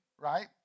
right